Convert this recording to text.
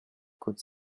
could